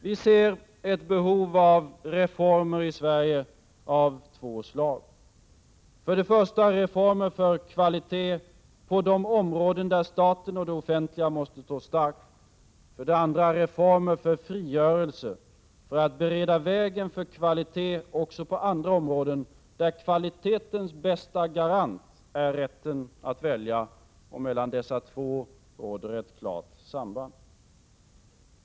Visser ett behov av reformer i Sverige av två slag: för det första reformer för kvalitet på de områden där staten och det offentliga måste stå starka, för det andra reformer för frigörelse för att bereda vägen för kvalitet också på andra områden, där kvalitetens bästa garant är rätten att välja. Och mellan dessa två råder ett klart samband.